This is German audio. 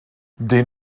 den